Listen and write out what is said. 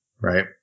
Right